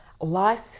Life